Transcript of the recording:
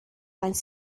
faint